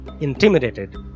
intimidated